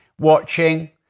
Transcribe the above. watching